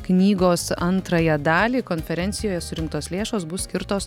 knygos antrąją dalį konferencijoje surinktos lėšos bus skirtos